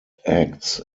acts